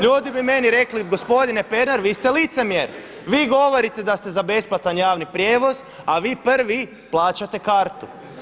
Ljudi bi meni rekli – gospodine Pernar vi ste licemjer, vi govorite da ste za besplatan javni prijevoz, a vi prvi plaćate kartu.